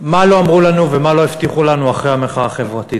מה לא אמרו לנו ומה לא הבטיחו לנו אחרי המחאה החברתית?